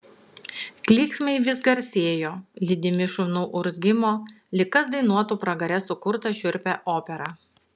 klyksmai vis garsėjo lydimi šunų urzgimo lyg kas dainuotų pragare sukurtą šiurpią operą